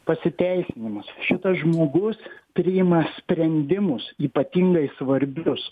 pasiteisinimas šitas žmogus priima sprendimus ypatingai svarbius